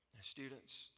Students